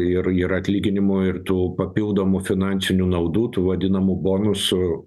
ir ir atlyginimo ir tų papildomų finansinių naudų tų vadinamų bonusų